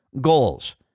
goals